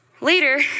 Later